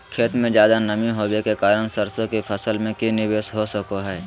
खेत में ज्यादा नमी होबे के कारण सरसों की फसल में की निवेस हो सको हय?